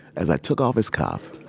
as i took off his cuff,